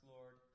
Lord